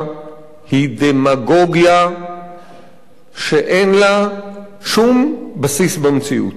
היא דמגוגיה שאין לה שום בסיס במציאות.